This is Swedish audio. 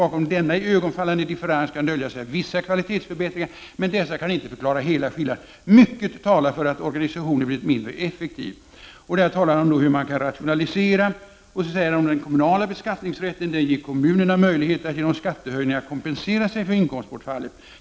Bakom denna iögonenfallande differens kan dölja sig vissa kvalitetsförbättringar, men dessa kan inte förklara hela skillnaden. Mycket talar för att organisationen blivit mindre effektiv.” Sedan skriver Bengt Westerberg om hur man kan rationalisera och fortsätter: ”Den kommunala beskattningsrätten ger kommunerna möjlighet att genom skattehöjningar kompensera sig för inkomstbortfallet.